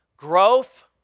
Growth